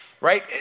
right